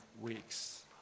weeks